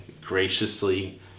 graciously